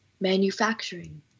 manufacturing